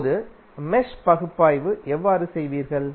இப்போது மெஷ் பகுப்பாய்வு எவ்வாறு செய்வீர்கள்